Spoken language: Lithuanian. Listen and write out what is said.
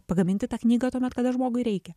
pagaminti tą knygą tuomet kada žmogui reikia